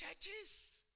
churches